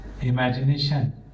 imagination